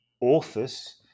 authors